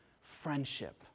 friendship